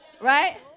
right